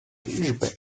日本